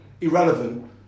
Irrelevant